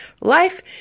life